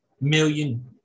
million